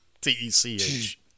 T-E-C-H